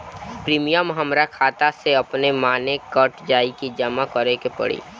Premium हमरा खाता से अपने माने कट जाई की जमा करे के पड़ी?